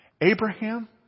Abraham